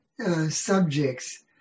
subjects